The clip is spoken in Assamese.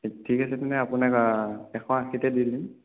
ঠিক আছে তেনে আপোনাক এশ আশীতে দি দিম